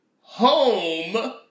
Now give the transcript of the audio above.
home